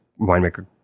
winemaker